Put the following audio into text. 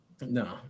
No